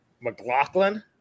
McLaughlin